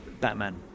Batman